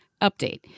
Update